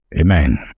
Amen